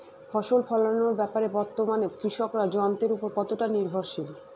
ফসল ফলানোর ব্যাপারে বর্তমানে কৃষকরা যন্ত্রের উপর কতটা নির্ভরশীল?